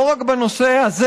לא רק בנושא הזה,